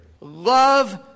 love